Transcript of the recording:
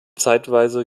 zeitweise